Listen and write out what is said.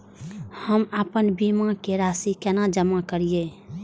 हम आपन बीमा के राशि केना जमा करिए?